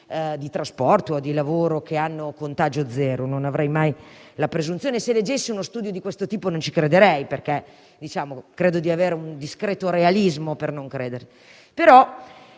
di trasporto o lavoro con contagio zero. Non avrei mai la presunzione di dirlo, e se leggessi uno studio di questo tipo, non ci crederei perché penso di avere un discreto realismo per non credere.